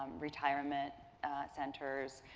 retirement centers,